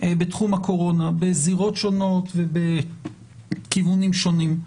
בתחום הקורונה בזירות שונות ובכיוונים שונים,